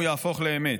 הוא יהפוך לאמת.